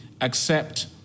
accept